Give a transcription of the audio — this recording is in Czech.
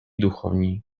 duchovní